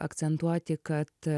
akcentuoti kad